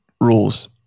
rules